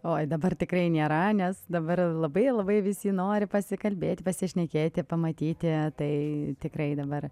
oi dabar tikrai nėra nes dabar labai labai visi nori pasikalbėti pasišnekėti pamatyti tai tikrai dabar